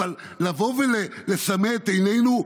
אבל לבוא ולסמא את עינינו?